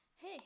hey